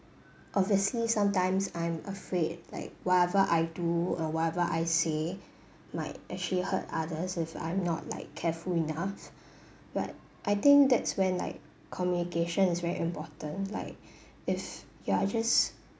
obviously sometimes I'm afraid like whatever I do or whatever I see might actually hurt others if I'm not like careful enough but I think that's when like communication is very important like if you are just